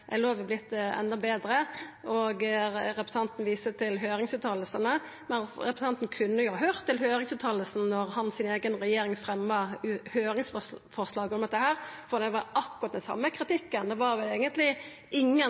endå betre. Representanten viser til høyringsuttalene, men representanten kunne òg ha høyrt på høringsuttalene då hans eiga regjering fremja høyringsforslag om dette her, for det var akkurat den same kritikken. Det var vel eigentleg ingen